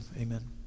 Amen